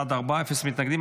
בעד, ארבעה, אפס מתנגדים.